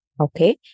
Okay